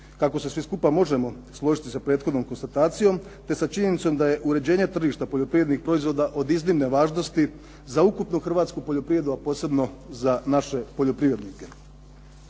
kako se svi skupa možemo složiti sa prethodnom konstatacijom te sa činjenicom da je uređenje tržišta poljoprivrednih proizvoda od iznimne važnosti za ukupnu hrvatsku poljoprivredu, a posebno za naše poljoprivrednike.